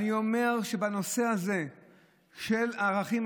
אני אומר שבנושא הזה של הערכים,